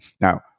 Now